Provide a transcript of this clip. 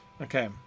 okay